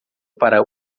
para